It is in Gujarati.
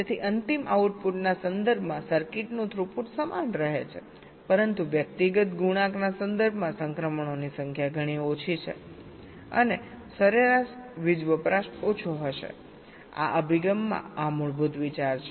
તેથી અંતિમ આઉટપુટના સંદર્ભમાં સર્કિટનું થ્રુપુટ સમાન રહે છે પરંતુ વ્યક્તિગત ગુણાંકના સંદર્ભમાં સંક્રમણોની સંખ્યા ઘણી ઓછી છે અને સરેરાશ વીજ વપરાશ ઓછો હશે આ અભિગમમાં આ મૂળભૂત વિચાર છે